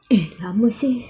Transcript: eh lama seh